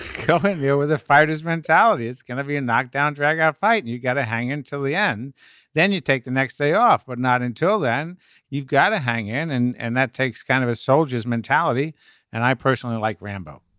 yeah with a fighters mentality is going to be a knockdown drag out fight and you got to hang until the end then you take the next day off but not until then you've got to hang in and and that takes kind of a soldier's mentality and i personally like rambo.